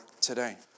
today